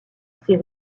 ses